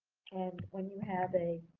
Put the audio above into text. and when you have a